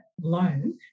loan